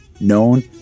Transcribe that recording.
known